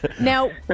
Now